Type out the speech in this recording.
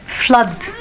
flood